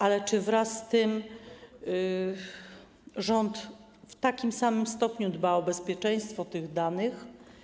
Ale czy wraz z tym rząd w takim samym stopniu dba o bezpieczeństwo tych danych?